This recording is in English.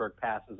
passes